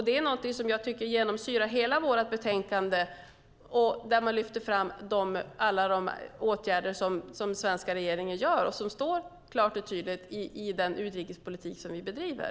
Det är någonting som jag tycker genomsyrar hela vårt betänkande, där man lyfter fram alla de åtgärder som den svenska regeringen gör och som framstår klart och tydligt i den utrikespolitik som vi bedriver.